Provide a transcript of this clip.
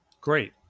Great